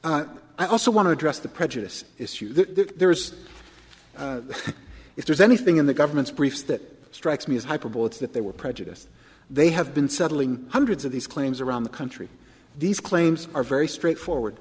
petition i also want to address the prejudice issue there's if there's anything in the government's briefs that strikes me as hyper boats that they were prejudiced they have been settling hundreds of these claims around the country these claims are very straightforward